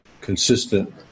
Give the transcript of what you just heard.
consistent